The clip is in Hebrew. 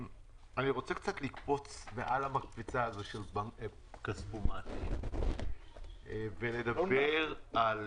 אני רוצה לקפוץ מעל הנושא רק של הכספומטים ולדבר על